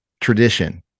tradition